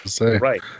Right